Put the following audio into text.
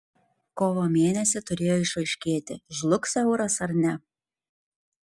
kovo mėnesį turėjo išaiškėti žlugs euras ar ne